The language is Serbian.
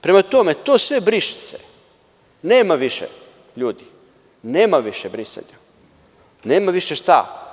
Prema tome, to sve – briše se, nema više, ljudi, nema više brisanja, nema više šta.